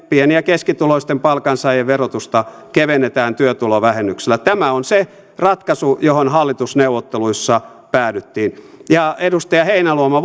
pieni ja keskituloisten palkansaajien verotusta kevennetään työtulovähennyksellä tämä on se ratkaisu johon hallitusneuvotteluissa päädyttiin ja edustaja heinäluoma